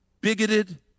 bigoted